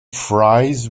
fries